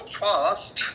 fast